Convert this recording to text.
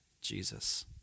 Jesus